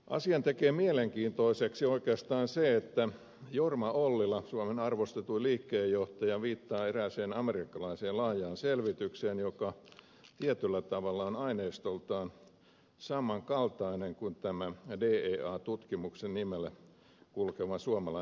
asian tekee mielenkiintoiseksi oikeastaan se että jorma ollila suomen arvostetuin liikkeenjohtaja viittaa erääseen amerikkalaiseen laajaan selvitykseen joka tietyllä tavalla on aineistoltaan samankaltainen kuin tämä dea tutkimuksen nimellä kulkeva suomalainen selvitys